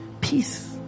Peace